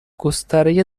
گستره